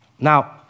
Now